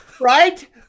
right